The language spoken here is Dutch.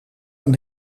aan